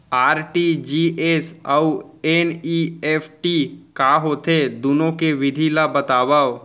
RTGS अऊ NEFT का होथे, दुनो के विधि ला बतावव